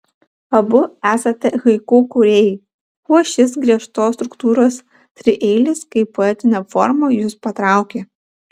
abu esate haiku kūrėjai kuo šis griežtos struktūros trieilis kaip poetinė forma jus patraukė